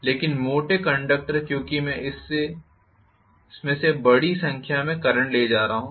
लेकिन मोटे कंडक्टर क्योंकि मैं इसमें से बड़ी संख्या में करंट ले जा रहा हूं